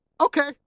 Okay